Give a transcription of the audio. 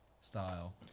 style